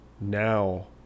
now